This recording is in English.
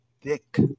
thick